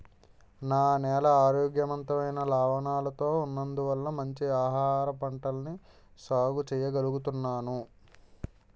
నా నేల ఆరోగ్యవంతమైన లవణాలతో ఉన్నందువల్ల మంచి ఆహారపంటల్ని సాగు చెయ్యగలుగుతున్నాను